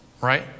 right